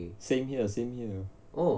same here same here